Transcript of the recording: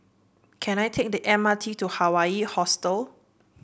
can I take the M R T to Hawaii Hostel